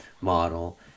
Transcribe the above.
model